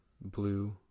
blue